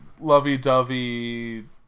lovey-dovey